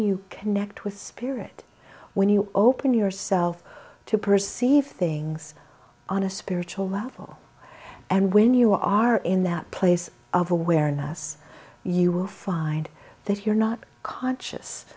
you connect with spirit when you open yourself to perceive things on a spiritual level and when you are in that place of awareness you will find that you're not conscious